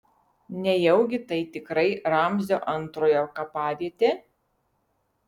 nejaugi tai tikrai ramzio antrojo kapavietė